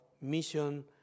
mission